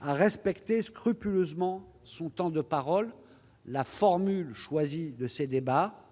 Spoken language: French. à respecter scrupuleusement son temps de parole. La formule choisie pour ces débats